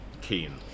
Keen